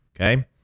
okay